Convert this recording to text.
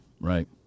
right